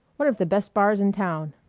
one of the best bars in town.